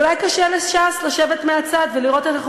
אולי קשה לש"ס לשבת מהצד ולראות שאנחנו